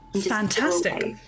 Fantastic